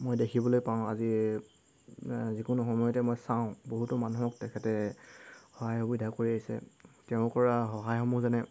মই দেখিবলৈ পাওঁ আজি যিকোনো সময়তে মই চাওঁ বহুতো মানুহক তেখেতে সহায় সুবিধা কৰি আহিছে তেওঁ কৰা সহায়সমূহ যেনে